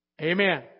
Amen